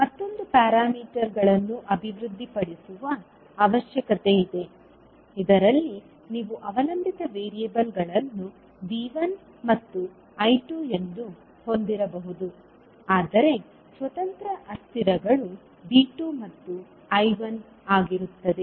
ಮತ್ತೊಂದು ಪ್ಯಾರಾಮೀಟರ್ಗಳನ್ನು ಅಭಿವೃದ್ಧಿಪಡಿಸುವ ಅವಶ್ಯಕತೆಯಿದೆ ಇದರಲ್ಲಿ ನೀವು ಅವಲಂಬಿತ ವೇರಿಯೇಬಲ್ಗಳನ್ನು V1 ಮತ್ತು I2 ಎಂದು ಹೊಂದಿರಬಹುದು ಆದರೆ ಸ್ವತಂತ್ರ ಅಸ್ಥಿರಗಳು V2 ಮತ್ತು I1 ಆಗಿರುತ್ತವೆ